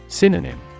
Synonym